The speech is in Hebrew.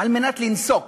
כדי לנסוק.